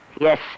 Yes